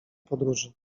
podróży